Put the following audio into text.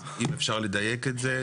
אז אם אפשר לדייק את זה,